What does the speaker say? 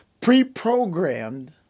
pre-programmed